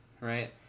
right